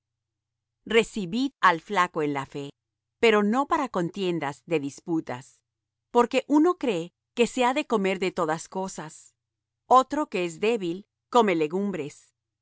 recibid al flaco en la fe pero no para contiendas de disputas porque uno cree que se ha de comer de todas cosas otro que es débil come legumbres